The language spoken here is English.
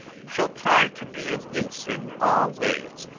shall try to be of use in all ways,